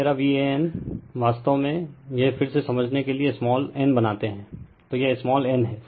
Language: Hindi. तो मेरा VAN वास्तव में यह फिर से समझने के लिए स्माल n बनाते है तो यह स्माल n है